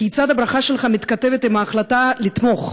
כיצד הברכה שלך מתכתבת עם ההחלטה לתמוך,